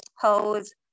pose